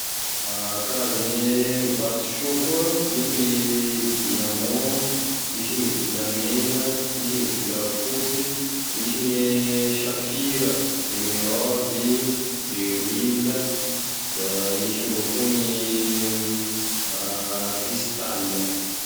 Karazane vatosoa koa misy gne diamand, misy gne volamena, misy volafosy, misy gne safira, emeraudy, beryl, da misy avao koa gne cristal.